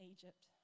Egypt